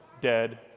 dead